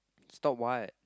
stop what